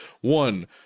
one